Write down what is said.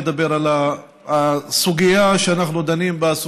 לדבר על הסוגיה שאנחנו דנים בה,